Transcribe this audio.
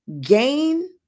gain